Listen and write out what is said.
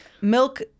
milk